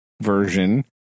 version